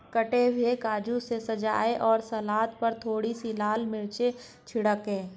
कटे हुए काजू से सजाएं और सलाद पर थोड़ी सी लाल मिर्च छिड़कें